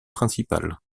principal